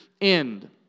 end